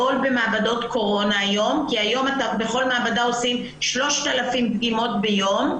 במעבדות קורונה הוא גדול כי כיום בכל מעבדה עושים 3,000 דגימות ביום,